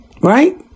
Right